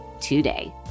today